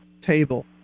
table